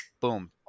Boom